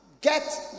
get